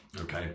Okay